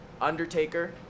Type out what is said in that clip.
Undertaker